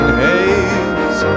haze